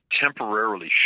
temporarily